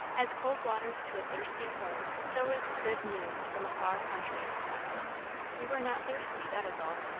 as cold waters to a thirsty soul, so is good news from a far country you were not thirsty, that is all.